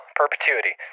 perpetuity